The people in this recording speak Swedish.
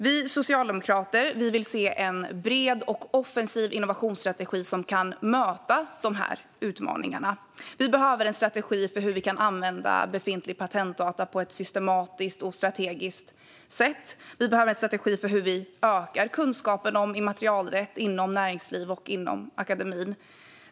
Vi socialdemokrater vill se en bred och offensiv innovationsstrategi som kan möta de här utmaningarna. Vi behöver en strategi för att använda befintliga patentdata på ett systematiskt och strategiskt sätt. Vi behöver en strategi för att öka kunskapen om immaterialrätt inom näringslivet och inom akademin.